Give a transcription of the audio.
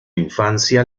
infancia